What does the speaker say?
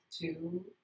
two